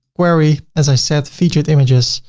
query, as i said, featured images,